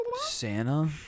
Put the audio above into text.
Santa